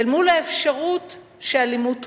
אל מול האפשרות שאלימות תופעל.